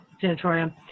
sanatorium